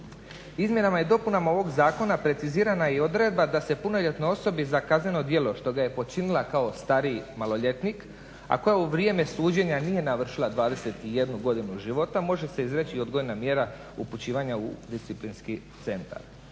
Izmjenama i dopunama ovog zakona precizirana je odredba da punoljetnoj osobi za kazneno djelo što ga je počinila kao stariji maloljetnik, a koja je u vrijeme suđenja nije navršila 21 godinu životu, može se izreći i odgojna mjera upućivanja u disciplinski centar.